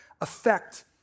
affect